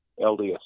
LDS